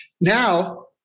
Now